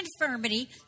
infirmity